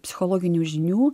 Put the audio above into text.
psichologinių žinių